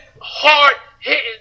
hard-hitting